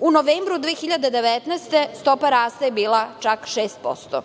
U novembru 2019. godine, stopa rasta je bila čak 6%.